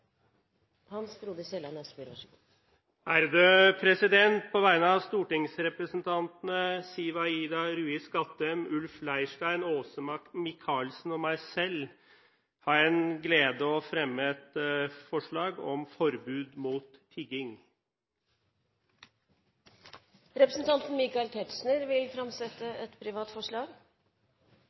På vegne av stortingsrepresentantene Siv Aida Rui Skattem, Ulf Leirstein, Åse Michaelsen og meg selv har jeg den glede å fremme et forslag om forbud mot tigging. Representanten Michael Tetzschner vil framsette et privat forslag.